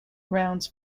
grounds